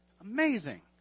Amazing